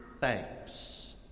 thanks